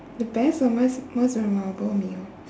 the best or most most memorable meal